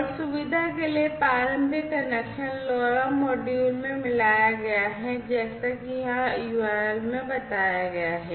और सुविधा के लिए प्रारंभिक कनेक्शन LoRa मॉड्यूल में मिलाया गया है जैसा कि यहां URL में बताया गया है